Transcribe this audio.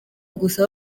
gusa